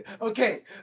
Okay